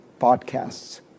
podcasts